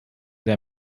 der